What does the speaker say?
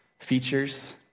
features